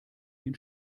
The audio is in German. den